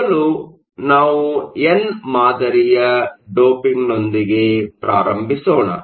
ಮೊದಲು ನಾವು ಎನ್ ಮಾದರಿಯ ಡೋಪಿಂಗ್ನೊಂದಿಗೆ ಪ್ರಾರಂಭಿಸೋಣ